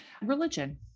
Religion